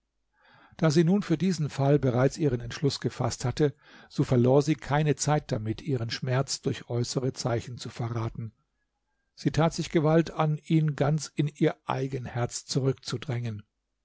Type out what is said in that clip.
da sie nun für diesen fall bereits ihren entschluß gefaßt hatte so verlor sie keine zeit damit ihren schmerz durch äußere zeichen zu verraten sie tat sich gewalt an ihn ganz in ihr eigen herz zurückzudrängen